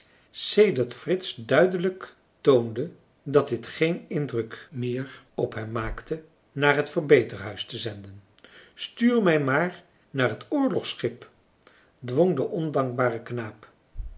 sedert frits duidelijk toonde dat dit geen indruk meer op hem maakte naar het verbeterhuis te zenden stuur mij maar naar het oorlogschip dwong de ondankbare knaap